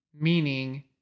meaning